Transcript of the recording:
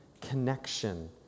connection